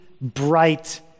bright